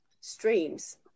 streams